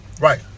Right